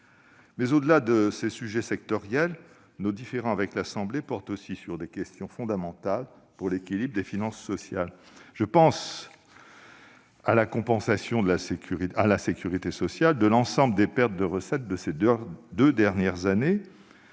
Au-delà de ces sujets sectoriels, nos différends avec l'Assemblée nationale portent aussi sur des questions fondamentales pour l'équilibre des finances sociales. Je pense à la compensation à la sécurité sociale de l'ensemble des pertes de recettes de ces deux dernières années,